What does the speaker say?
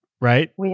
right